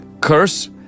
Curse